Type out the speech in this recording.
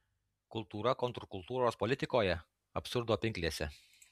kultūra kontrkultūros politikoje absurdo pinklėse